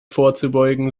vorzubeugen